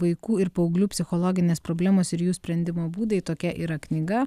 vaikų ir paauglių psichologinės problemos ir jų sprendimo būdai tokia yra knyga